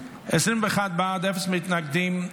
21 בעד, אפס מתנגדים.